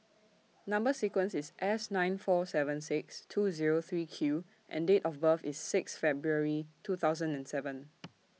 Number sequence IS S nine four seven six two Zero three Q and Date of birth IS six February two thousand and seven